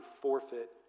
forfeit